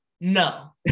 No